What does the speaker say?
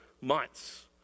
months